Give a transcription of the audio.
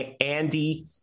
Andy